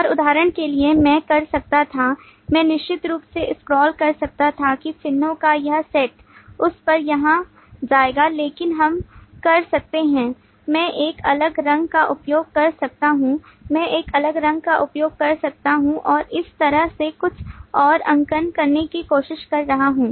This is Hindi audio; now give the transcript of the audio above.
और उदाहरण के लिए मैं कर सकता था मैं निश्चित रूप से स्क्रॉल कर सकता था कि चिह्नों का यह set उस पर यहाँ जाएगा लेकिन हम कर सकते हैं मैं एक अलग रंग का उपयोग कर सकता हूं मैं एक अलग रंग का उपयोग कर सकता हूं और इस तरह से कुछ और अंकन करने की कोशिश कर रहा हूं